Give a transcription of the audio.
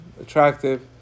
attractive